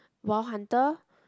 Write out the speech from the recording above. Wild Hunter